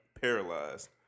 paralyzed